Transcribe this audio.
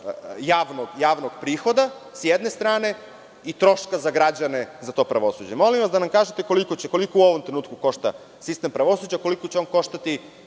javnog prihoda, s jedne strane, i troška za građane za to pravosuđe. Molim vas da nam kažete koliko u ovom trenutku košta sistem pravosuđa, koliko će on koštati